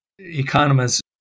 Economists